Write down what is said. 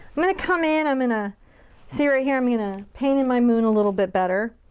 i'm gonna come in, i'm gonna see right here, i'm gonna paint in my moon a little bit better.